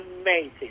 amazing